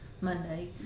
Monday